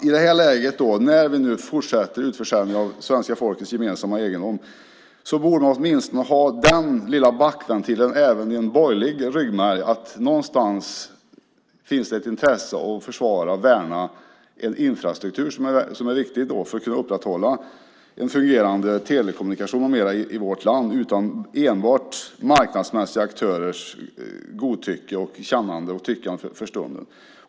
I det här läget, när vi nu fortsätter utförsäljningen av svenska folkets gemensamma egendom, borde man åtminstone ha den lilla backventilen även i en borgerlig ryggmärg att det någonstans finns intresse av att försvara och värna en infrastruktur som är viktig för att kunna upprätthålla en fungerande telekommunikation i vårt land utan enbart marknadsmässiga aktörers godtycke, kännande och tyckande för stunden.